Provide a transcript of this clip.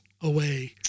away